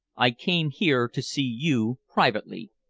i came here to see you privately,